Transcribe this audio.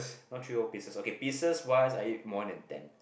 not three whole pieces okay pieces wise I eat more than ten